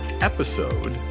episode